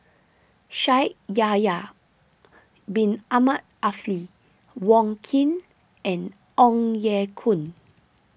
Shaikh Yahya Bin Ahmed Wong Keen and Ong Ye Kung